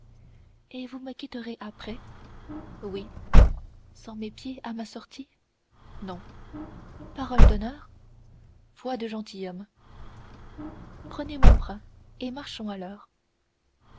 et vous me quitterez après oui sans m'épier à ma sortie non parole d'honneur foi de gentilhomme prenez mon bras et marchons alors